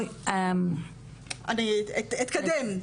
אני אתקדם.